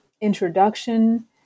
introduction